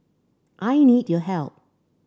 I need your help